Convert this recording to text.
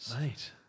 Mate